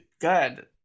good